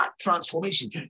transformation